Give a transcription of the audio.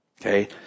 Okay